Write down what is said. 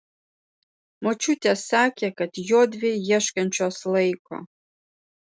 močiutė sakė kad jodvi ieškančios laiko